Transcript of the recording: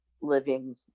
living